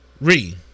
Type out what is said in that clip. re